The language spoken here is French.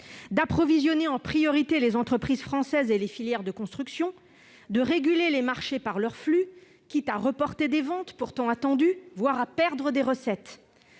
d'approvisionner en priorité les entreprises françaises et les filières de construction, et de réguler les marchés par leur flux, quitte à reporter des ventes pourtant attendues, voire à perdre des recettes.